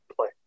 play